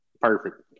Perfect